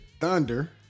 Thunder